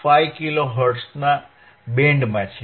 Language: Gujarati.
5 કિલો હર્ટ્ઝના બેન્ડમાં છે